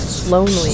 Lonely